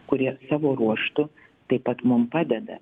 kurie savo ruožtu taip pat mum padeda